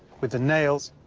with the nails,